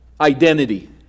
identity